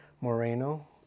Moreno